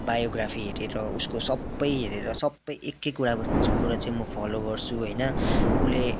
biography हेरेर उसको सबै हेरेर सबै एकएकवटा अब कुरा चाहिँ म फलो गर्छु होइन उसले